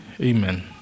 Amen